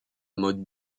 modes